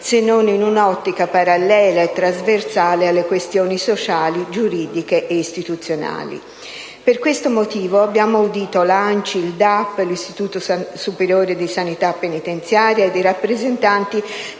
se non in un'ottica parallela e trasversale alle questioni sociali, giuridiche e istituzionali. Per questo motivo abbiamo audito l'ANCI, il DAP e l'Istituto superiore di sanità penitenziaria ed i rappresentanti